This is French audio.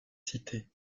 cité